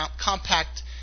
compact